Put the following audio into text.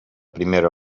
primera